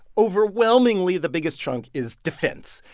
overwhelmingly the biggest chunk is defense.